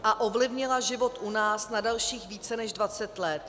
A ovlivnila život u nás na dalších více než dvacet let.